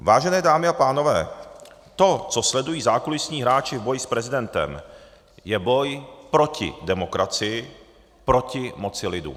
Vážené dámy a pánové, to, co sledují zákulisní hráči v boji s prezidentem, je boj proti demokracii, proti moci lidu.